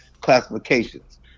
classifications